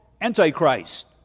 Antichrist